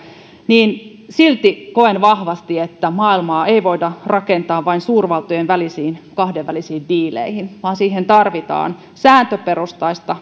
niin silti koen vahvasti että maailmaa ei voida rakentaa vain suurvaltojen välisiin kahdenvälisiin diileihin vaan siihen tarvitaan sääntöperustaista